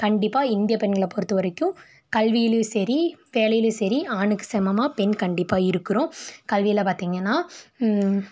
கண்டிப்பாக இந்தியப் பெண்களை பொறுத்த வரைக்கும் கல்வியிலேயும் சரி வேலைலேயும் சரி ஆணுக்கு சமமாக பெண் கண்டிப்பாக இருக்கிறோம் கல்வியில் பார்த்திங்கன்னா